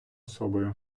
особою